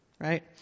right